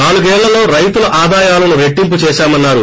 నాలుగేళ్లలో రైతుల ఆదాయాలను రెట్లింపు చేశామన్నారు